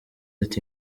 ati